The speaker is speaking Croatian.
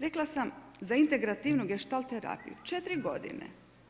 Rekla sam za integrativnu gestalt terapiju četiri godine